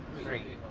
three.